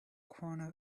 corner